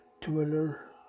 Twitter